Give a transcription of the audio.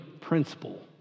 principle